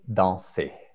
danser